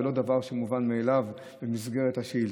זה לא דבר מובן מאליו במסגרת השאילתות.